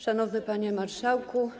Szanowny Panie Marszałku!